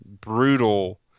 brutal